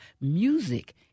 music